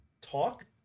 talk